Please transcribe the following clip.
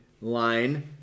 line